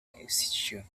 issue